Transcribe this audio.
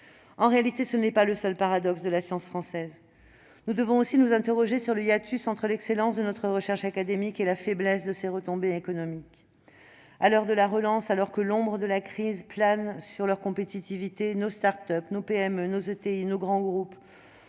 En réalité, là n'est pas le seul paradoxe de la science française : nous devons aussi nous interroger sur le hiatus entre l'excellence de notre recherche académique et la faiblesse de ses retombées économiques. À l'heure de la relance, alors que l'ombre de la crise plane sur leur compétitivité, nos start-up, nos PME, nos entreprises